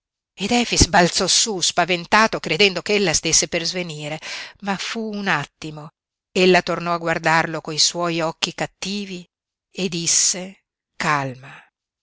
ed efix balzò su spaventato credendo ch'ella stesse per svenire ma fu un attimo ella tornò a guardarlo coi suoi occhi cattivi e disse calma